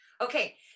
Okay